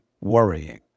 worrying